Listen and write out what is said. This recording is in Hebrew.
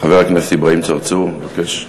חבר הכנסת אברהים צרצור, בבקשה.